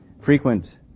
frequent